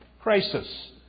crisis